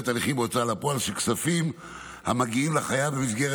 הליכים בהוצאה לפועל של כספים המגיעים לחייב במסגרת